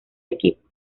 equipo